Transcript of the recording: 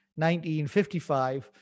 1955